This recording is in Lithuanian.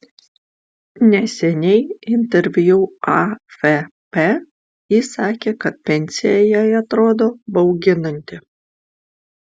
neseniai interviu afp ji sakė kad pensija jai atrodo bauginanti